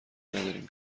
نداریم